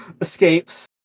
escapes